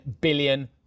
billion